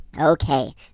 Okay